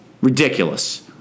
Ridiculous